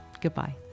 Goodbye